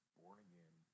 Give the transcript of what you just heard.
born-again